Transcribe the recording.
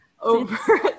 Over